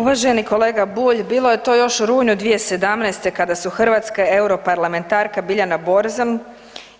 Uvaženi kolega Bulj, bilo je to još u rujnu 2017. kada su hrvatska europarlamentarka Biljana Borzan